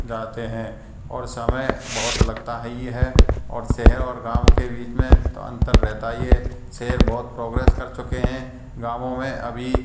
जाते हैं और समय बहुत लगता है ही है और शहर और गाँव के बीच में तो अंतर रहता है ही शहर बहुत प्रोग्रेस कर चुके हैं गाँवों में अभी